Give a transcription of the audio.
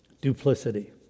duplicity